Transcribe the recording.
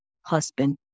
husband